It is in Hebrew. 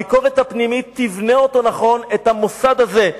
הביקורת הפנימית תבנה נכון את המוסד הזה,